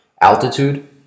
altitude